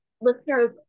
listeners